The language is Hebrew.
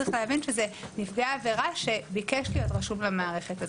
צריך להבין שזה נפגע עבירה שביקש להיות רשום למערכת הזאת.